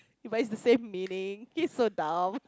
but it's the same meaning he's so dumb